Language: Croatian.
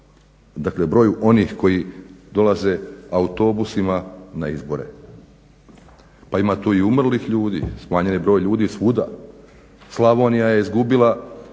dakle broju onih koji dolaze autobusima na izbore. Pa ima tu i umrlih ljudi, smanjen je broj ljudi svuda. Slavonija je izgubila,